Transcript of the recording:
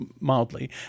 mildly